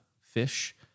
fish